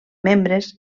membres